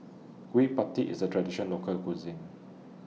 Gudeg Putih IS A Traditional Local Cuisine